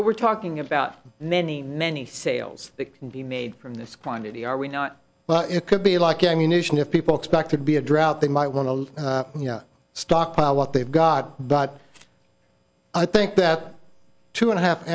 but we're talking about many many sales that can be made from this quantity are we not but it could be like ammunition if people expect to be a drought they might want to stockpile what they've got but i think that two and a half